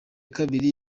kabiri